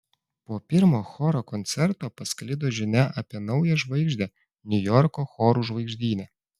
po pirmo choro koncerto pasklido žinia apie naują žvaigždę niujorko chorų žvaigždyne